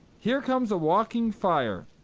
here comes a walking fire.